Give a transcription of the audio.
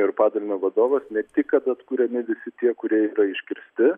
ir padalinio vadovas ne tik kad atkuriami visi tie kurie yra iškirsti